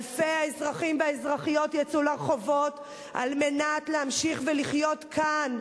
אלפי האזרחים והאזרחיות יצאו לרחובות על מנת להמשיך ולחיות כאן,